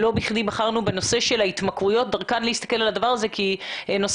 לא בכדי בחרנו בנושא של ההתמכרויות ודרכן להסתכל על הדבר הזה כי נושא